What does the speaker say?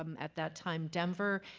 um at that time denver.